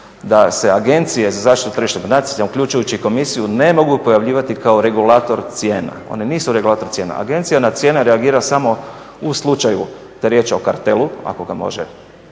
da se Agencije za zaštitu tržišnog natjecanja uključujući i komisiju ne mogu pojavljivati kao regulator cijena. One nisu regulator cijena. Agencija na cijene reagira samo u slučaju da je riječ o kartelu ako ga može